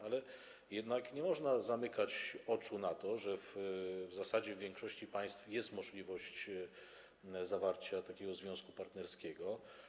Ale jednak nie można zamykać oczu na to, że w zasadzie w większości państw jest możliwość zawarcia takiego związku partnerskiego.